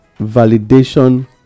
validation